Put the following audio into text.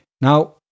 Now